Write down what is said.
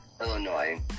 Illinois